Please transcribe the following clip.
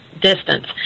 distance